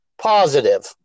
positive